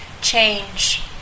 change